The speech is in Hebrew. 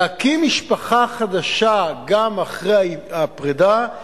להקים משפחה חדשה גם אחרי הפרידה,